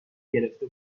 گرفته